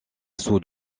sous